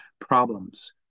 problems